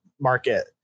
market